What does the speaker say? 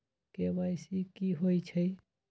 KYC कि होई छई?